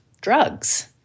Drugs